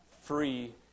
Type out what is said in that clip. free